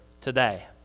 today